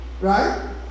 Right